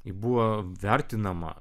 ji buvo vertinama